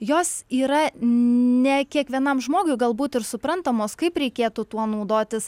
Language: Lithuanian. jos yra ne kiekvienam žmogui galbūt ir suprantamos kaip reikėtų tuo naudotis